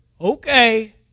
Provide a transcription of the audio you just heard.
Okay